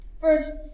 first